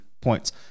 points